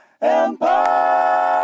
Empire